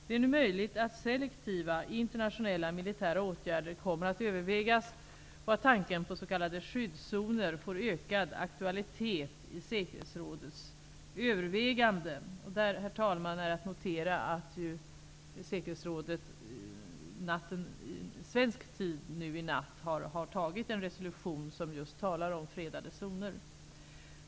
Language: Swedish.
Det är nu möjligt att selektiva internationella militära åtgärder kommer att övervägas och att tanken på s.k. skyddszoner får ökad aktualitet i säkerhetsrådets överväganden. Herr talman! Det är att notera att säkerhetsrådet, i natt svensk tid, har tagit en resolution som just talar om fredade zoner.